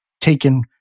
taken